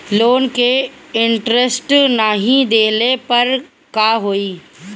Loan के interest नाही देहले पर का होई?